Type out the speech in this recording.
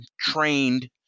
trained